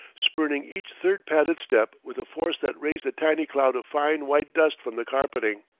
spurning each third padded step with a force that raised a tiny cloud of fine white dust from the carpeting.